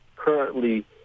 Currently